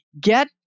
get